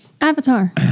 Avatar